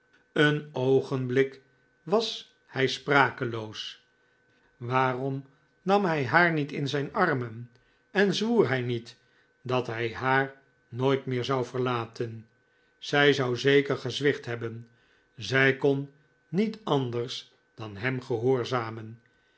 een oogenblik was hij sprakeloos waarom nam hij haar niet in zijn armen en zwoer hij niet dat hij haar nooit meer zou verlaten zij zou zeker gezwicht hebben zij kon niet anders dan hem gehoorzamen